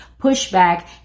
pushback